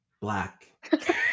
Black